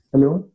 Hello